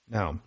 Now